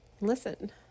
Listen